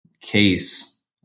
case